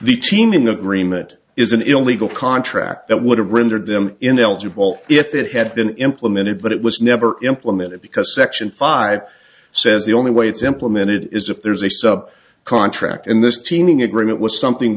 the team in the dream that is an illegal contract that would have rendered them ineligible if it had been implemented but it was never implemented because section five says the only way it's implemented is if there's a sub contract in this teaming agreement was something